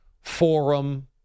forum